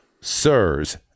Sirs